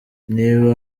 niba